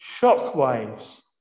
shockwaves